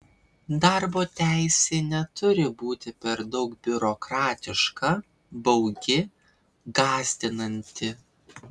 darbo teisė neturi būti per daug biurokratiška baugi gąsdinanti